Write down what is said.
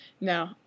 No